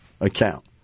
account